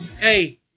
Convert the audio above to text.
hey